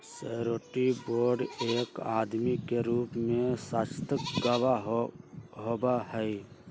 surety bond एक आदमी के रूप में साक्षात गवाह होबा हई